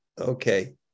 Okay